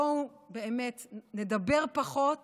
בואו באמת נדבר פחות